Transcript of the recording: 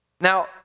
Now